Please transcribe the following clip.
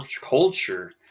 culture